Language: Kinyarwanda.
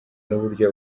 n’uburyo